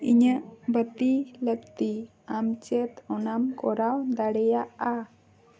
ᱤᱧᱟᱹᱜ ᱵᱟᱹᱛᱤ ᱞᱟᱹᱠᱛᱤ ᱟᱢ ᱪᱮᱫ ᱚᱱᱟᱢ ᱠᱚᱨᱟᱣ ᱫᱟᱲᱮᱭᱟᱜᱼᱟ